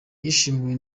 yishimiwe